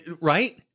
right